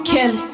Kelly